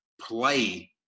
play